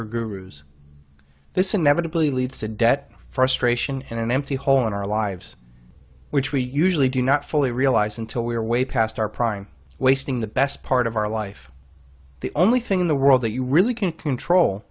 or grues this inevitably leads to debt frustration and an empty hole in our lives which we usually do not fully realize until we're way past our prime wasting the best part of our life the only thing in the world that you really can't control